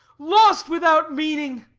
lost, without meaning!